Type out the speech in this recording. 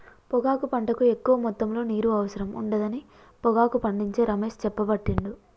పొగాకు పంటకు ఎక్కువ మొత్తములో నీరు అవసరం ఉండదని పొగాకు పండించే రమేష్ చెప్పబట్టిండు